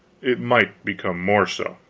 it might become more so.